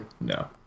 no